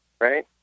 right